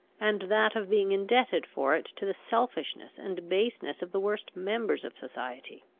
and that of being indebted for it to the selfishness and baseness of the worst members of society.